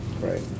right